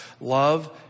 Love